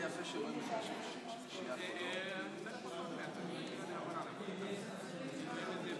והיא תידון בוועדת הפנים והגנת הסביבה.